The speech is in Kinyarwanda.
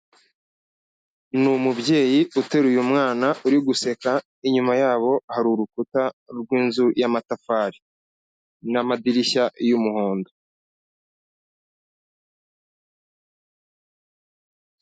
Ni umubyeyi uteruye umwana uri guseka, inyuma yabo hari urukuta rw'inzu y'amatafari n'amadirishya y'umuhondo.